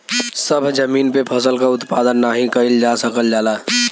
सभ जमीन पे फसल क उत्पादन नाही कइल जा सकल जाला